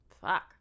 Fuck